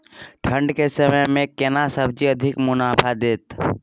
ठंढ के समय मे केना सब्जी अधिक मुनाफा दैत?